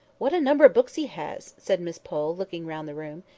what a number of books he has! said miss pole, looking round the room.